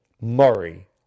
Murray